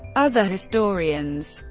other historians,